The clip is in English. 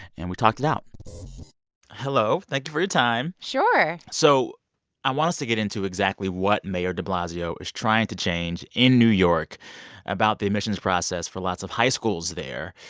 and we talked it out hello. thank you for your time sure so i want us to get into exactly what mayor de blasio is trying to change in new york about the admissions process for lots of high schools there.